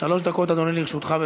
שלוש דקות, אדוני, לרשותך.